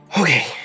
Okay